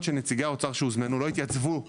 שנציגי האוצר שהוזמנו לא התייצבו לפגישה,